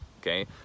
okay